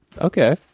Okay